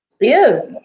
Yes